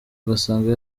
agasanga